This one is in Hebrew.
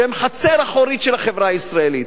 שהם חצר אחורית של החברה הישראלית,